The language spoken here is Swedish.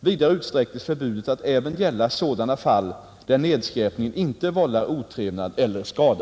Vidare utsträcktes förbudet att även gälla sådana fall där nedskräpningen inte vållar otrevnad eller skada.